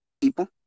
people